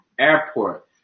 airport